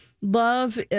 love